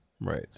Right